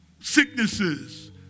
sicknesses